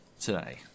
today